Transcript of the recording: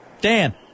Dan